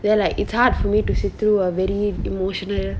then like it's hard for me to sit through a very emotional